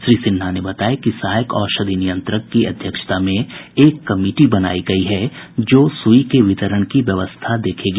श्री सिन्हा ने बताया कि सहायक औषधि नियंत्रक की अध्यक्षता में एक कमिटी बनाई गयी है जो रेमडेसिविर के वितरण की व्यवस्था को देखेगी